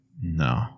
No